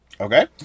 Okay